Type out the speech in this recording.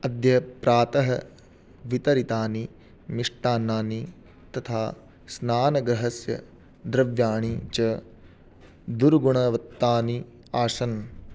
अद्य प्रातः वितरितानि मिष्टान्नानि तथा स्नानगृहस्य द्रव्याणि च दुर्गुणवत्तानि आसन्